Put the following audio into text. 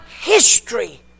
history